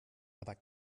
aber